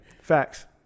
Facts